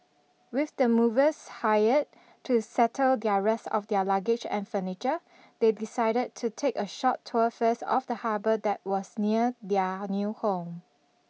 with the movers hired to settle their rest of their luggage and furniture they decided to take a short tour first of the harbour that was near their new home